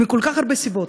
מהרבה מאוד סיבות.